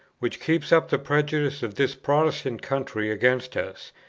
which keeps up the prejudice of this protestant country against us,